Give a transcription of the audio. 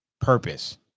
purpose